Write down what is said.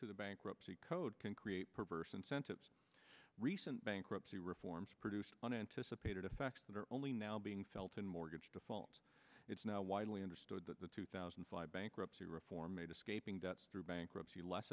to the bankruptcy code can create perverse incentives recent bankruptcy reforms produced unanticipated effects that are only now be felten mortgage defaults it's now widely understood that the two thousand and five bankruptcy reform made escaping debts through bankruptcy less